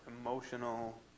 emotional